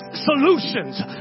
solutions